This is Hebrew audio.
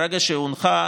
ברגע שהיא הונחה,